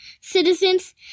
citizens